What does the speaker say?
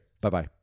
Bye-bye